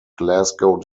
glasgow